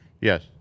Yes